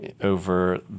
over